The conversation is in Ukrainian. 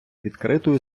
відкритою